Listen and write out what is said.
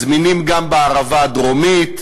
זמינים גם בערבה הדרומית,